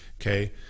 okay